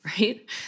right